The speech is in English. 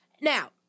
Now